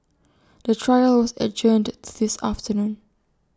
the trial was adjourned to this afternoon